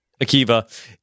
akiva